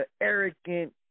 arrogant